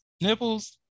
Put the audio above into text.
nipples